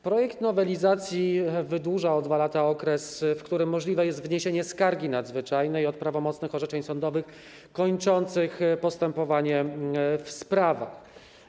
Projekt nowelizacji wydłuża o 2 lata okres, w jakim możliwe jest wniesienie skargi nadzwyczajnej na prawomocne orzeczenie sądowe kończące postępowanie w sprawie.